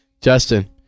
Justin